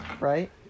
right